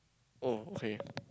oh okay